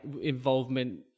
involvement